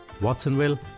Watsonville